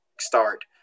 start